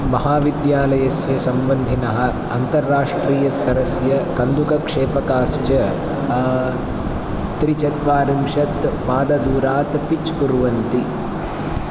महाविद्यालयस्य सम्बन्धिनः अन्ताराष्ट्रियस्तरस्य कन्दुकक्षेपकाः च त्रिचत्वारिंशत् पाददूरात् पिच् कुर्वन्ति